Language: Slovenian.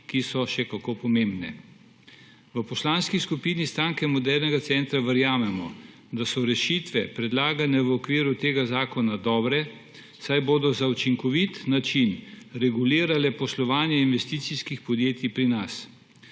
ki so še kako pomembne. V Poslanski skupini SMC verjamemo, da so rešitve, predlagane v okviru tega zakona, dobre, saj bodo na učinkovit način regulirale poslovanje investicijskih podjetij pri nas.